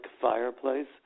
fireplace